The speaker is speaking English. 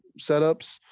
setups